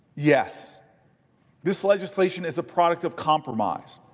yes this legislation is a product of compromise.